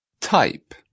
Type